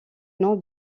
nom